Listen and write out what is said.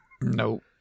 Nope